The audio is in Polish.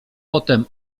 potem